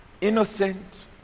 innocent